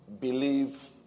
believe